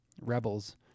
rebels